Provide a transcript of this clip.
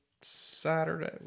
Saturday